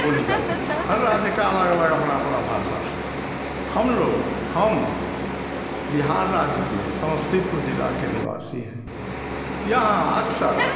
बोली जाती हैं हर राज्य का अलग अलग अपन अपना भाषा है हम लोग हम बिहार राज्य के समस्तीपुर ज़िला के निवासी हैं यहाँ अक्सर